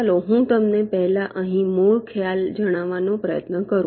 ચાલો હું તમને પહેલા અહીં મૂળ ખ્યાલ જણાવવાનો પ્રયત્ન કરું